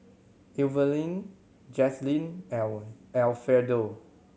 Evaline Jazlyn Al Alfredo